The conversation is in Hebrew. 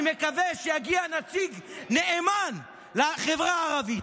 אני מקווה שיגיע נציג נאמן לחברה הערבית,